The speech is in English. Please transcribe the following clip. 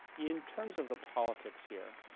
in terms of the politics here,